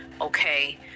okay